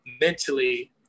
mentally